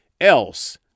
else